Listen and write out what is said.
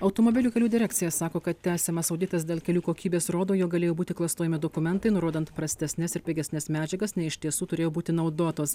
automobilių kelių direkcija sako kad tęsiamas auditas dėl kelių kokybės rodo jog galėjo būti klastojami dokumentai nurodant prastesnes ir pigesnes medžiagas nei iš tiesų turėjo būti naudotos